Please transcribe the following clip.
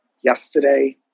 yesterday